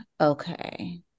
okay